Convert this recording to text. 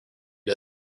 ate